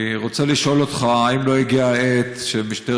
אני רוצה לשאול אותך אם לא הגיעה העת שמשטרת